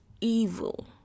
evil